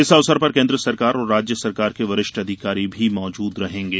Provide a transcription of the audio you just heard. इस अवसर पर केन्द्र सरकार और राज्य सरकार के वरिष्ठ अधिकारी भी मौजूद रहेंगे